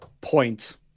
point